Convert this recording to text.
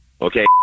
okay